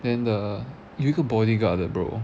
then the 有一个 bodyguard 的 bro